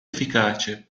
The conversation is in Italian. efficace